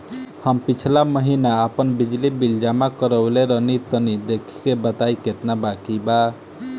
हम पिछला महीना आपन बिजली बिल जमा करवले रनि तनि देखऽ के बताईं केतना बाकि बा?